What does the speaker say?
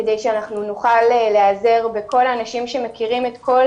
כדי שנוכל להיעזר בכל